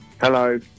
Hello